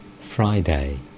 Friday